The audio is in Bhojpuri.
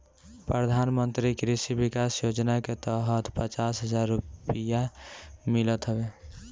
प्रधानमंत्री कृषि विकास योजना के तहत पचास हजार रुपिया मिलत हवे